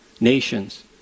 nations